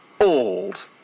old